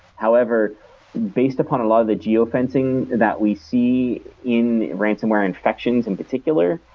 however based upon a lot of the geo-fencing that we see in ransonware infections in particular,